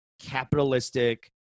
capitalistic